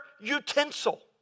utensil